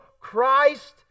Christ